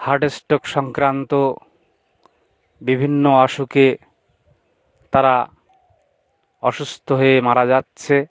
heart stroke সংক্রান্ত বিভিন্ন অসুখে তারা অসুস্থ হয়ে মারা যাচ্ছে